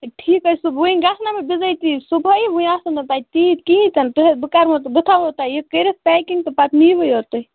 ٹھیک حظ چھِ وُنۍ گٔژھہٕ نا بہٕ بِضٲتی صبحٲیی وُنہِ آسَن نہٕ تَتہِ تیٖتۍ کِہیٖنۍ تنہٕ بہٕ کرہو بہٕ تھاوہو تۄہہِ یہِ کٔرتھ پیکِنگ تہٕ پتہٕ نیوٕے یوت تُہۍ